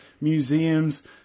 museums